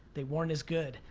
they weren't as good.